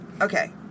Okay